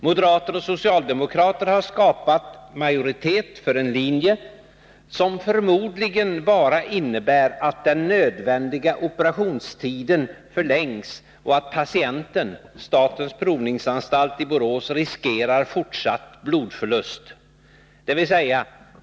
Moderater och socialdemokrater har skapat majoritet för en linje som förmodligen bara innebär att den nödvändiga operationstiden förlängs och att patienten, statens provningsanstalt i Borås, riskerar fortsatt blodförlust.